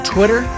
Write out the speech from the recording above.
Twitter